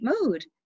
mood